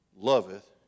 loveth